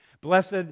Blessed